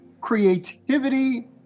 Creativity